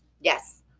Yes